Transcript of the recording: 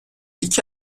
iki